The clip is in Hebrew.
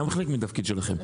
זה גם חלק מהתפקיד שלכם.